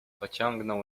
pociągnął